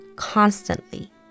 constantly